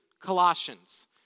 Colossians